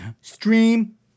stream